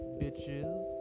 bitches